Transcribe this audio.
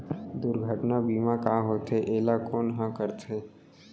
दुर्घटना बीमा का होथे, एला कोन ह करथे?